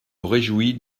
réjouis